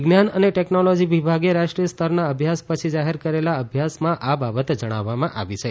વિજ્ઞાન અને ટેકનોલોજી વિભાગે રાષ્ટ્રીય સ્તરના અભ્યાસ પછી જાહેર કરેલા અભ્યાસમાં આ બાબત જણાવવામાં આવી છે